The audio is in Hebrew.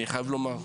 אני חייב לומר.